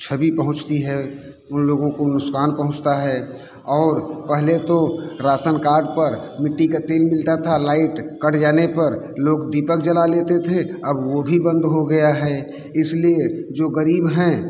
छति पहुँचती है उन लोगों को नुकसान पहुँचता है और पहले तो रासन कार्ड पर मिट्टी का तेल मिलता था लाइट कट जाने पर लोग दीपक जला लेते थे अब वो भी बंद हो गया है इसलिए जो गरीब हैं